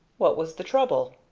what was the trouble?